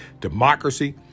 democracy